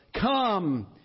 Come